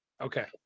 Okay